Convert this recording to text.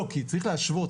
כי צריך להשוות,